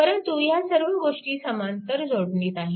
परंतु ह्या सर्व गोष्टी समांतर जोडणीत आहेत